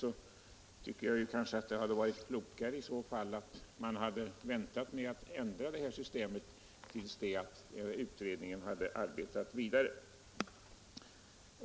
Jag tycker att det hade varit klokare att vänta med att ändra det här systemet till dess utredningen hade varit färdig.